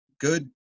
good